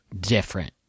different